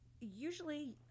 Usually